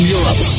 Europe